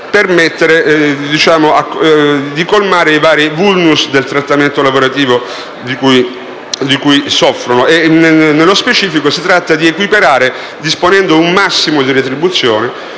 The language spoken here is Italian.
permettere di colmare i vari *vulnus* del trattamento lavorativo di cui soffrono i magistrati onorari. Nello specifico, si tratta di equiparare, disponendo un massimo di retribuzione,